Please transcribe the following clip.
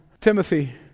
Timothy